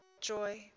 joy